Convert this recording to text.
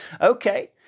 Okay